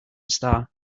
star